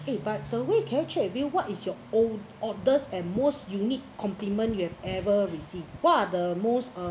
eh but the we can I check with you what is your old~ oldest and most unique compliment you have ever received what are the most uh